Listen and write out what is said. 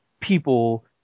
people